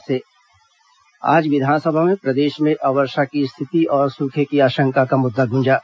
विस सूखा स्थिति आज विधानसभा में प्रदेश में अवर्षा की स्थिति और सूखे की आशंका का मुद्दा गूंजा